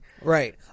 Right